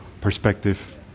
perspective